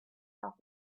off